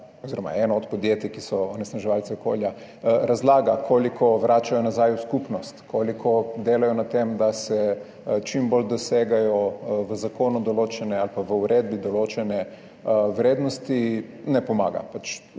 oziroma eno od podjetij, ki je onesnaževalec okolja, razlaga, koliko vračajo nazaj v skupnost, koliko delajo na tem, da se čim bolj dosegajo v zakonu ali pa v uredbi določene vrednosti, ne pomaga.